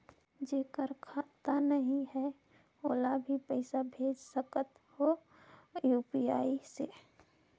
जेकर खाता नहीं है ओला भी पइसा भेज सकत हो यू.पी.आई से?